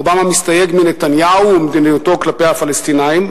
אובמה מסתייג מנתניהו וממדיניותו כלפי הפלסטינים,